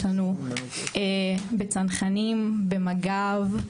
יש לנו בצנחנים, במג"ב.